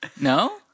No